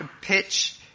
Pitch